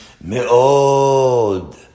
me'od